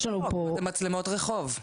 מצלמות רחוב.